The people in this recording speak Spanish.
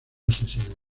asesinado